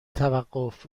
توقف